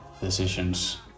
Decisions